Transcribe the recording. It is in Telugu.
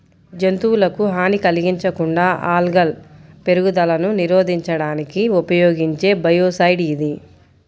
జంతువులకు హాని కలిగించకుండా ఆల్గల్ పెరుగుదలను నిరోధించడానికి ఉపయోగించే బయోసైడ్ ఇది